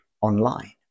online